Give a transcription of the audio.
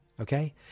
Okay